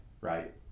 right